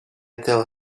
tell